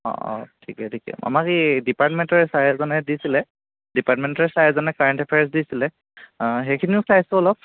ঠিকে ঠিকে আমাক এই ডিপাৰ্টমেণ্টৰে ছাৰ এজনে দিছিলে ডিপাৰ্টমেণ্টৰে ছাৰ এজনে কাৰেণ্ট এফেয়াৰছ দিছিলে সেইখিনিও চাইছোঁ অলপ